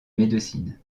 médecine